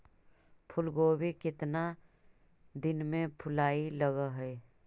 फुलगोभी केतना दिन में फुलाइ लग है?